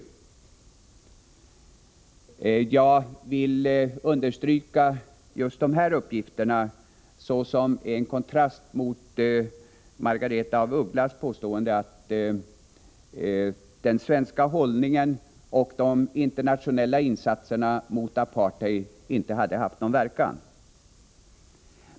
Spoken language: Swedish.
Jag vill understryka just dessa uppgifter, som en kontrast mot Margaretha af Ugglas påstående att den svenska hållningen och de internationella insatserna mot apartheid inte har haft någon verkan.